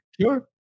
Sure